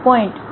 point